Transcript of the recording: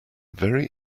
very